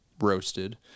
roasted